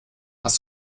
hast